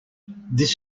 this